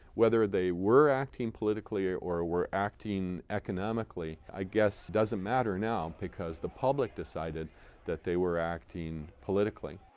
whether they were acting politically or or were acting economically i guess doesn't matter now because the public decided that they were acting politically.